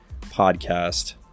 podcast